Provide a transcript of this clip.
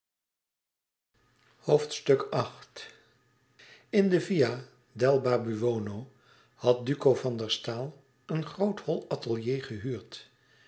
in de via del babuino had duco van der staal een groot hol atelier gehuurd